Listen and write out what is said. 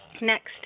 Next